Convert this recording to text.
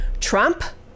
Trump